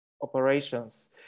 operations